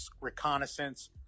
reconnaissance